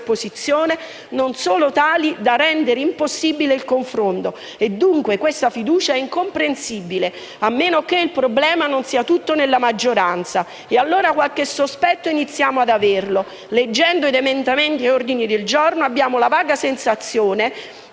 non è tale da rendere impossibile il confronto, dunque questo voto di fiducia è incomprensibile, a meno che il problema non sia tutto nella maggioranza. Qualche sospetto iniziamo ad averlo: leggendo emendamenti e ordini del giorno abbiamo la vaga sensazione